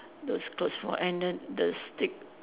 those clothes for and then the stick